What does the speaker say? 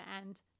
end